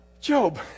job